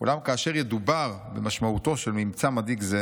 אולם כאשר ידובר במשמעותו של ממצא מדאיג זה